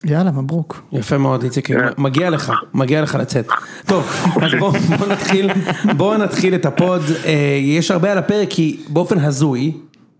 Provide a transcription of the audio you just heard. יאללה מברוק יפה מאוד מגיע לך מגיע לך לצאת בוא נתחיל את הפוד יש הרבה על הפרקי באופן הזוי.